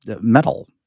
metal